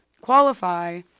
qualify